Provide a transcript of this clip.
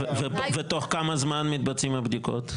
ובתוך כמה זמן מתבצעות הבדיקות?